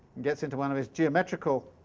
gets into one of his geometrical